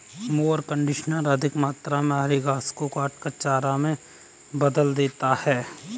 mower conditioner अधिक मात्रा में हरे घास को काटकर चारा में बदल देता है